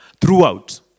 throughout